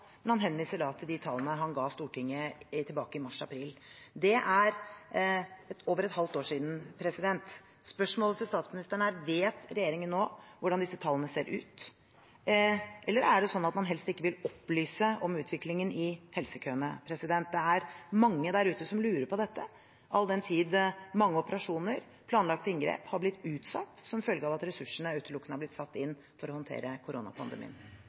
men han henviser da til de tallene han ga Stortinget tilbake i mars/april. Det er over et halvt år siden. Spørsmålet til statsministeren er: Vet regjeringen nå hvordan disse tallene ser ut, eller er det sånn at man helst ikke vil opplyse om utviklingen i helsekøene? Det er mange der ute som lurer på dette, all den tid mange operasjoner, planlagte inngrep, har blitt utsatt som følge av at ressursene utelukkende har blitt satt inn for å håndtere koronapandemien.